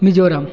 Mizoram